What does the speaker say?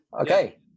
Okay